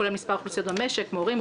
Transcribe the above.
כולל מספר אוכלוסיות במשק מורים,